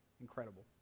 Incredible